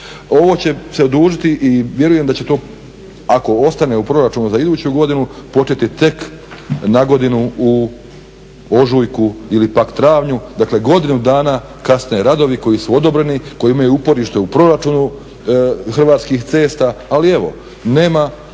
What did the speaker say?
ovo će se odužiti i vjerujem da će to, ako ostane u proračunu za iduću godinu, početi tek nagodinu u ožujku ili pak travnju. Dakle, godinu dana kasne radovi koji su odobreni, koji imaju uporište u proračunu Hrvatskih cesta. Ali evo, nema